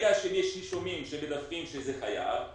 ברגע שיש נישומים שהם מדווחים שזה חייב,